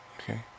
Okay